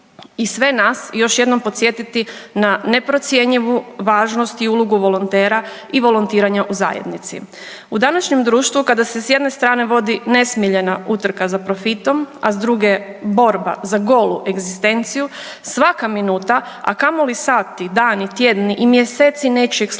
i sve nas još jednom podsjetiti na neprocjenjivu važnost i ulogu volontera i volontiranja u zajednici. U današnjem društvu kada se s jedne strane vodi nesmiljena utrka za profitom, a s druge borba za golu egzistenciju svaka minuta, a kamoli sati, dani, tjedni i mjeseci nečijeg slobodnog